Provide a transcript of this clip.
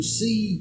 see